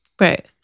Right